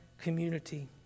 community